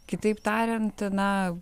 kitaip tariant na